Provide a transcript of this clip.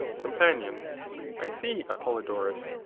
companion i see, apollodorus,